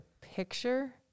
picture